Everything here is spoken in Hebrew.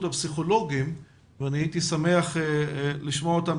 הפסיכולוגים והייתי שמח לשמוע אותם,